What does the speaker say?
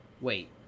wait